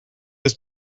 his